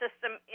system